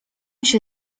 się